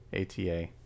ATA